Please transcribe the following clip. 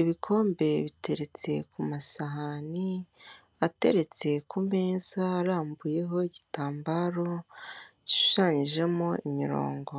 ibikombe biteretse ku masahani ateretse ku meza arambuyeho igitambaro gishushanyijemo imirongo.